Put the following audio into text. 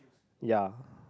ya